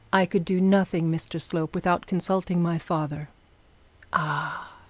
i could do nothing, mr slope, without consulting my father ah!